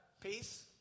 Peace